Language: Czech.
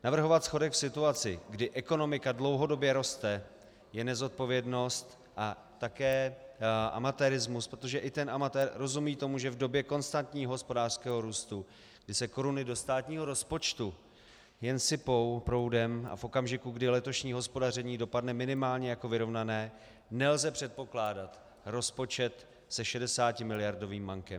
Navrhovat schodek v situaci, kdy ekonomika dlouhodobě roste, je nezodpovědnost a také amatérismus, protože i amatér rozumí tomu, že v době konstantního hospodářského růstu, kdy se koruny do státního rozpočtu jen sypou proudem, a v okamžiku, kdy letošní hospodaření dopadne minimálně jako vyrovnané, nelze předpokládat rozpočet se 60miliardovým mankem.